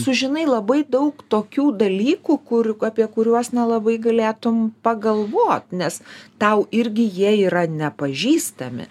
sužinai labai daug tokių dalykų kur apie kuriuos nelabai galėtum pagalvo nes tau irgi jie yra nepažįstami